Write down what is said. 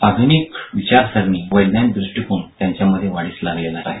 आध्रनिक विचारसरणी वैज्ञानिक दुष्टीकोन त्यांच्यामधे वाढीस लागलेला आहे